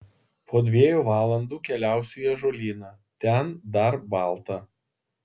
po dviejų valandų keliausiu į ąžuolyną ten dar balta